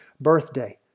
Birthday